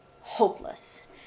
hopeless